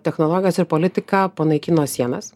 technologijos ir politiką panaikino sienas